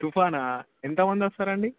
తుఫానా ఎంత మంది వస్తారండి